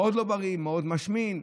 מאוד משמין,